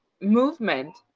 movement